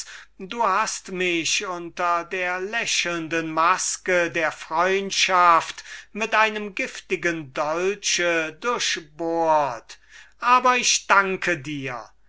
du hast mich unter der lächelnden maske der freundschaft mit einem giftigen dolch durchbohret aber ich danke dir deine